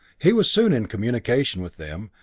he was soon in communication with them,